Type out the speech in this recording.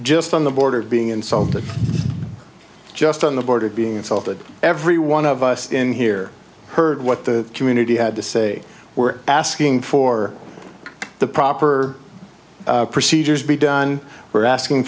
just on the border of being insulted just on the border being insulted every one of us in here heard what the community had to say we're asking for the proper procedures be done we're asking